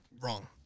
Wrong